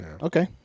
Okay